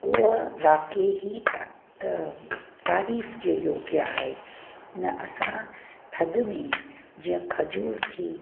उहा वाक़े ई ता तारीफ़ जे योग्य आहे न असां थदि में जीअं खजूर थी